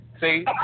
see